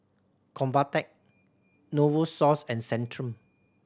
Convatec Novosource and Centrum